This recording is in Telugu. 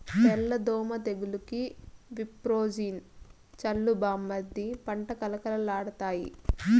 తెల్ల దోమ తెగులుకి విప్రోజిన్ చల్లు బామ్మర్ది పంట కళకళలాడతాయి